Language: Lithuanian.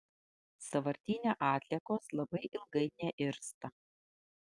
sąvartyne atliekos labai ilgai neirsta